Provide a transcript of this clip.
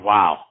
Wow